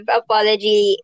apology